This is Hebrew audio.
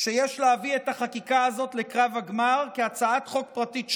שיש להביא את החקיקה הזאת לקו הגמר כהצעת חוק פרטית שלו.